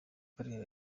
w’akarere